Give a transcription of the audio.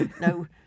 no